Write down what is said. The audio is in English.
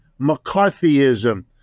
McCarthyism